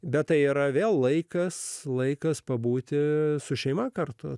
bet tai yra vėl laikas laikas pabūti su šeima kartu